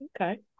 okay